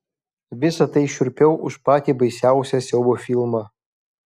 visa tai šiurpiau už patį baisiausią siaubo filmą